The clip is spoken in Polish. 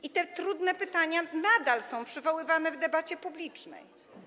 I te trudne pytania nadal są przywoływane w debacie publicznej.